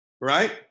right